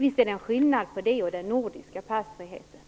Visst är det skillnad mellan det och den nordiska passfriheten.